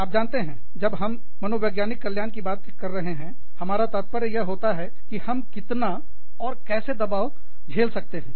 तो आप जानते हैं जब हम मनोवैज्ञानिक कल्याण की बात करते हैं हमारा तात्पर्य यह होता है कि हम कितना और कैसे दबाव महसूस कर झेल सकते हैं